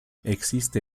existe